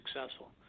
successful